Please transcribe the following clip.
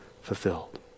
fulfilled